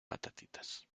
patatitas